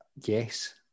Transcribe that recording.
yes